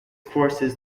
courses